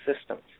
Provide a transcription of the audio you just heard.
systems